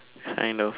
kind of